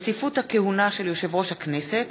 (רציפות הכהונה של יושב-ראש הכנסת),